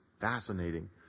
fascinating